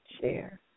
share